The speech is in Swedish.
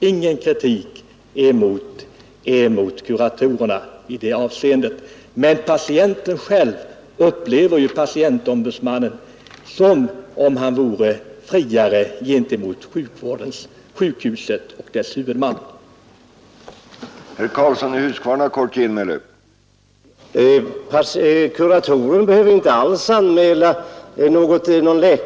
Jag vill absolut inte rikta någon kritik mot kuratorerna, men patienten själv upplever det så, att patientombudsmannen skulle ha en friare ställning mot sjukhuset och dess huvudman än en kurator.